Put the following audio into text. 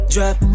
Drop